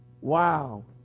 wow